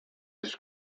its